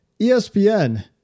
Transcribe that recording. ESPN